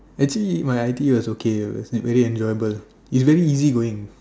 actually my I_T_E was okay it was really enjoyable it was very easy going